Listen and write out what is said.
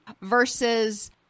versus